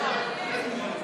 מה אתה אומר?